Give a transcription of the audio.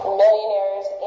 millionaires